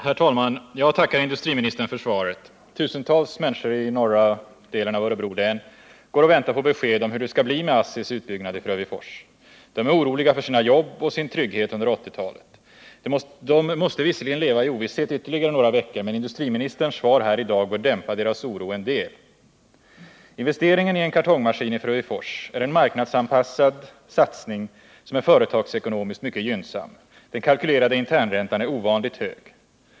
Herr talman! Jag tackar industriministern för svaret. Tusentals människor i norra delen av Örebro län går och väntar på besked om hur det skall bli med ASSI:s utbyggnad i Frövifors. De är oroliga för sina jobb och sin trygghet under 1980-talet. De måste visserligen leva i ovisshet ytterligare några veckor, men industriministerns svar här i dag bör dämpa deras oro en del. Investeringen i en kartongmaskin i Frövifors är en marknadsanpassad satsning som är företagsekonomiskt mycket gynnsam. Den kalkylerade internräntan är ovanligt hög.